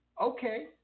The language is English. Okay